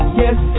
yes